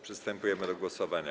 Przystępujemy do głosowania.